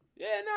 yeah,